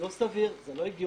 לא סביר, זה לא הגיוני,